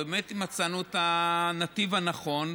ובאמת מצאנו את הנתיב הנכון,